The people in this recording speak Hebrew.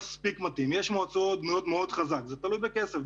יש מועצות שבנויות ממש חזק זה תלוי בכסף,